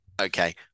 okay